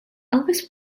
elvis